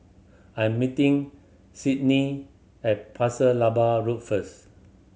I'm meeting Cydney at Pasir Laba Road first